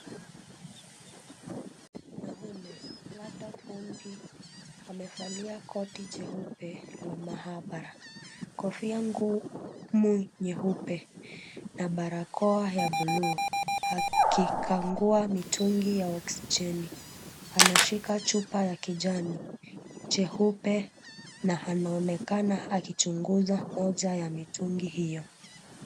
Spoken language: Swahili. Mwanaume labda fundi amevalia koti jeupe la maabara, kofia ngumu nyeupe na barakoa ya buluu akikagua mitungi ya oksijeni. Anashika chupa ya kijani cheupe na anaonekana akichunguza moja ya mitungi hiyo.